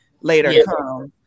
later